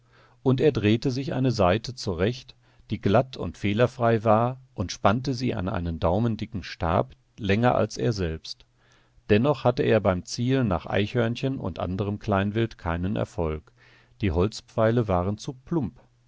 und er drehte sich eine saite zurecht die glatt und fehlerfrei war und spannte sie an einen daumendicken stab länger als er selbst dennoch hatte er beim zielen nach eichhörnchen und anderem kleinwild keinen erfolg die holzpfeile waren zu plump